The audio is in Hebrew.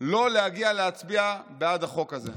שלא להגיע להצביע בעד החוק הזה.